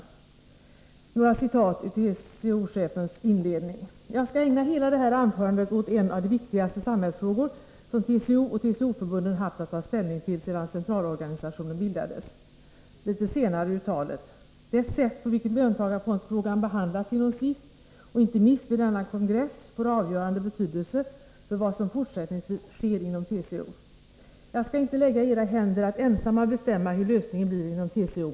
TCO-chefen inledde sitt tal med att bl.a. säga: ”Jag skall ägna hela det här anförandet åt en av de viktigaste samhällsfrågor som TCO och TCO-förbunden haft att ta ställning till sedan centralorganisationen bildades.” Litet senare i talet sade han: ”Det sätt på vilket löntagarfondsfrågan behandlas inom SIF och inte minst vid denna kongress, får avgörande betydelse för vad som fortsättningsvis sker inom TCO. Jag skall inte lägga i era händer att ensamma bestämma hur lösningen blir inom TCO.